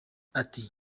ati